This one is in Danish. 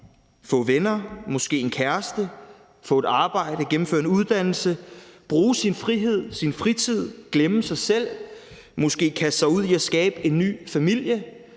få venner, måske en kæreste, få et arbejde, gennemføre en uddannelse, bruge sin frihed, sin fritid, glemme sig selv, måske kaste sig ud i at skabe en ny familie,